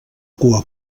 cua